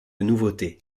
nouveautés